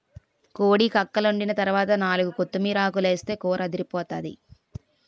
కోడి కక్కలోండిన తరవాత నాలుగు కొత్తిమీరాకులేస్తే కూరదిరిపోతాది